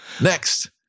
Next